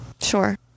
sure